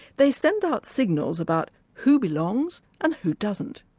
they send out signals about who belongs and who doesn't.